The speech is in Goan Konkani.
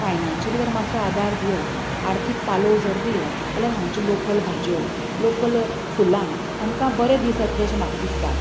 फायनानशली जर मात्सो आदार दियत आर्थीक पालोव जर दियत जाल्यार हांगचे लाॅकल भाज्यो लाॅकल फुलां हांकां बरें दीस येतले अशें म्हाका दिसता